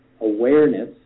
awareness